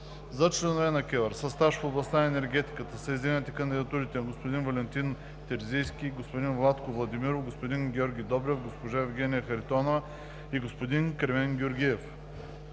За членове на КЕВР със стаж в областта на енергетиката са издигнати кандидатурите на господин Валентин Терзийски, господин Владко Владимиров, господин Георги Добрев, госпожа Евгения Харитонова и господин Кремен Георгиев.